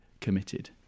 committed